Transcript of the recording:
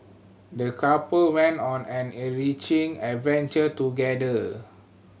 the couple went on an enriching adventure together